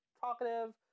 talkative